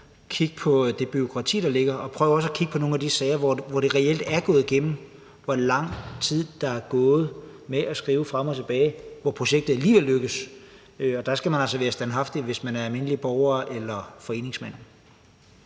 kig på det bureaukrati, der er; og prøv også at kigge på nogle af de sager, hvor projektet reelt er gået igennem, og se, hvor lang tid der er gået med at skrive frem og tilbage, før projektet alligevel lykkes. Der skal man altså være standhaftig, hvis man er almindelig borger eller foreningsmand.